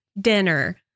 dinner